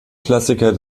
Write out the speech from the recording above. klassiker